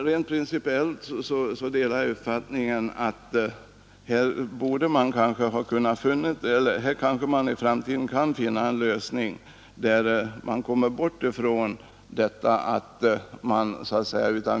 Rent principiellt delar jag dock den uppfattningen att man i framtiden här kanske kan finna en sådan lösning att man kommer bort från detta.